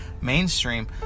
mainstream